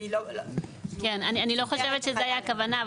אני לא חושבת שזאת הייתה הכוונה,